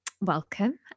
welcome